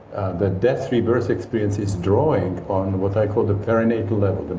the death rebirth experience is drawing on what i call the perinatal level,